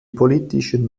politischen